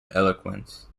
eloquence